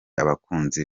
abakunzi